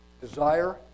desire